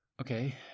Okay